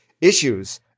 issues